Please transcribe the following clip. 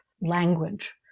language